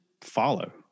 follow